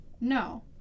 no